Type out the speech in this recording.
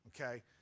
okay